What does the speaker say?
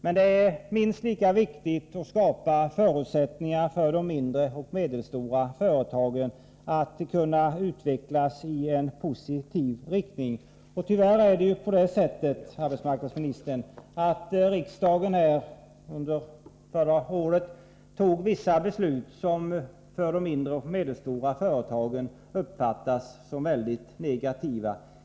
Men det är minst lika viktigt att skapa förutsättningar för de mindre och medelstora företagen att utvecklas i en positiv riktning. Tyvärr är det på det sättet, arbetsmarknadsministern, att riksdagen förra året fattade vissa beslut som av de mindre och medelstora företagen uppfattades som väldigt negativa.